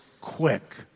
quick